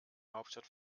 hauptstadt